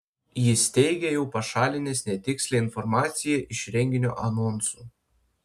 jis teigė jau pašalinęs netikslią informaciją iš renginio anonsų